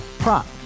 Prop